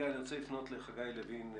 אני רוצה לפנות לחגי לוין,